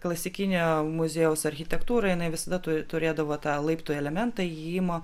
klasikinė muziejaus architektūra jinai visada turėdavo tą laiptų elementą įėjimo